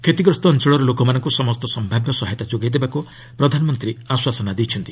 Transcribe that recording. କ୍ଷତିଗ୍ରସ୍ତ ଅଞ୍ଚଳର ଲୋକମାନଙ୍କୁ ସମସ୍ତ ସମ୍ଭାବ୍ୟ ସହାୟତା ଯୋଗାଇ ଦେବାକୁ ପ୍ରଧାନମନ୍ତ୍ରୀ ଆଶ୍ୱାସନା ଦେଇଛନ୍ତି